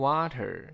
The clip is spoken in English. Water，